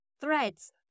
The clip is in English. Threads